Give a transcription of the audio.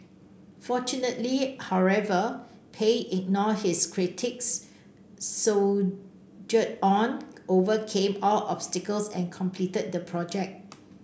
fortunately however Pei ignored his critics soldiered on overcame all obstacles and completed the project